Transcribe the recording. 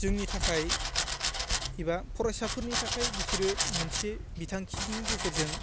जोंनि थाखाय एबा फरायसाफोरनि थाखाय बिसोरो मोनसे बिथांखिनि गेजेरजों